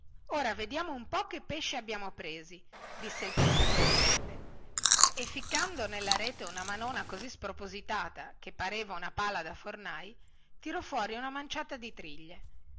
ora vediamo un po che pesci abbiamo presi disse il pescatore verde e ficcando nella rete una manona così spropositata che pareva una pala da fornai tirò fuori una manciata di triglie